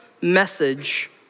message